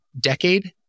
decade